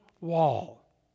Wall